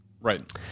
right